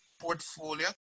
portfolio